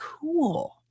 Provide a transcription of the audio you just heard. Cool